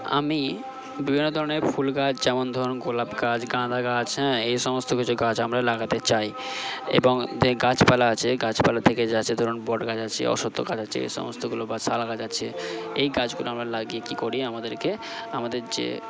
আমি বিভিন্ন ধরনের ফুল গাছ যেমন ধরুন গোলাপ গাছ গাঁদা গাছ হ্যাঁ এই সমস্ত কিছু গাছ আমরা লাগাতে চাই এবং এই গাছপালা আছে এই গাছপালা থেকে যে আছে ধরুন বট গাছ আছে অশ্বত্থ গাছ আছে এই সমস্তগুলো বা শাল গাছ আছে এই গাছগুলো আমরা লাগিয়ে কি করি আমাদেরকে আমাদের যে